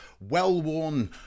well-worn